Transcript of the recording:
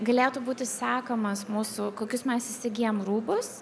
galėtų būti sekamas mūsų kokius mes įsigyjam rūbus